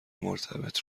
مرتبط